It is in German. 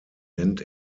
nennt